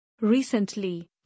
Recently